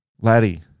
Laddie